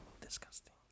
Disgusting